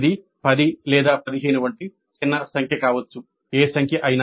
ఇది 10 లేదా 15 వంటి చిన్న సంఖ్య కావచ్చు ఏ సంఖ్య అయినా